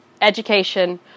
education